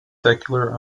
secular